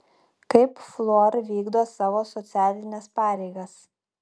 kaip fluor vykdo savo socialines pareigas